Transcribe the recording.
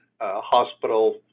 hospital